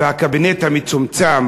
ומה יחליט הקבינט המצומצם.